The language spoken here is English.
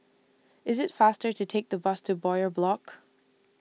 IT IS faster to Take The Bus to Bowyer Block